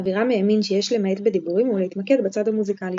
אבירם האמין שיש למעט בדיבורים ולהתמקד בצד המוזיקלי.